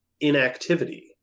inactivity